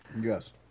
Yes